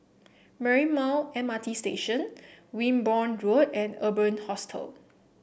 Marymount M R T Station Wimborne Road and Urban Hostel